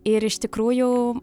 ir iš tikrųjų